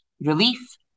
relief